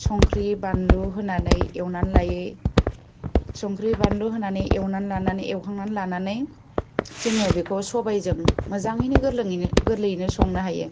संख्रि बानलु होनानै एवनानै लायो संख्रि बानलु होनानै एवनानै लानानै एवखांनानै लानानै जोङो बेखौ सबाइजों मोजाङैनो गोरलैयैनो संनो हायो